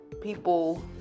people